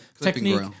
technique